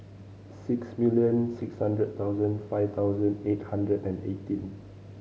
six million six hundred thousand five thousand eight hundred and eighteen